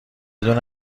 دونه